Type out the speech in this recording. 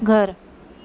घर